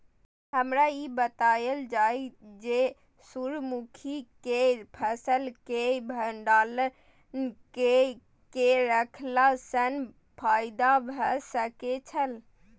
हमरा ई बतायल जाए जे सूर्य मुखी केय फसल केय भंडारण केय के रखला सं फायदा भ सकेय छल?